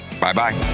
Bye-bye